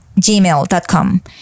gmail.com